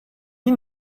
you